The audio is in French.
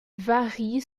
varie